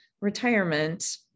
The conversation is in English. retirement